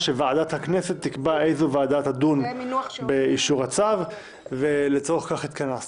אנחנו עכשיו זומנו לדיון הזה אחרי שאתמול היה סיכום.